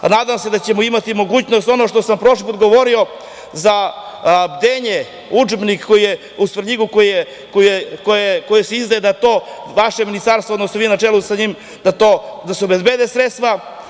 Nadam se da ćemo imati mogućnosti, ono što sam prošli put govorio, za "Bdenje", udžbenik u Svrljigu koji se izdaje, da to vaše ministarstvo, odnosno vi na čelu sa njim, da se obezbede sredstva.